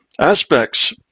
aspects